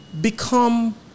become